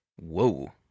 whoa